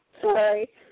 Sorry